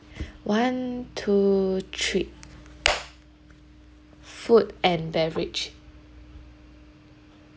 one two three food and beverage